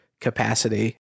capacity